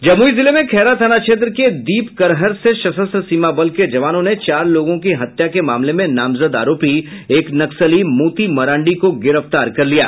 जमुई जिले में खैरा थाना क्षेत्र के दीप करहर से सशस्त्र सीमा बल के जवानों ने चार लोगों की हत्या के मामले में नामजद आरोपी एक नक्सली मोती मरांडी को गिरफ्तार कर लिया है